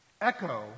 echo